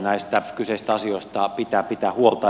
näistä kyseisistä asioista pitää pitää huolta